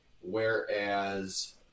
Whereas